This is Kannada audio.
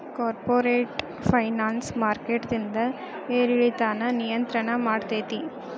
ಕಾರ್ಪೊರೇಟ್ ಫೈನಾನ್ಸ್ ಮಾರ್ಕೆಟಿಂದ್ ಏರಿಳಿತಾನ ನಿಯಂತ್ರಣ ಮಾಡ್ತೇತಿ